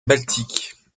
baltique